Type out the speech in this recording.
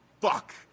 Fuck